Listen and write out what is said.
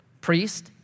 priest